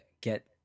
get